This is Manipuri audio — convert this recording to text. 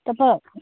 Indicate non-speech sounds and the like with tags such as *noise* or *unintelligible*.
*unintelligible*